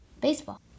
baseball